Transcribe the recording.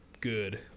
good